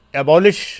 abolish